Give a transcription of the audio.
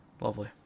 Lovely